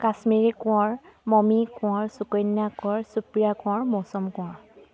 Kashmiri Konwar Momi Konwar Sukanya Konwar Supriya Konwar Mousam Konwar